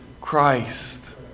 Christ